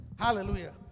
Hallelujah